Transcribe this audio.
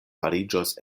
fariĝos